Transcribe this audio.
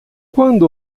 quando